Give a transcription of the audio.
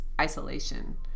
isolation